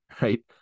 right